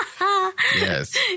Yes